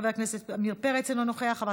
חבר הכנסת אחמד טיבי,